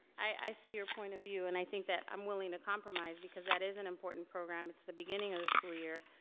i see your point of view and i think that i'm willing to compromise because that is an important program. it's the beginning of the school year.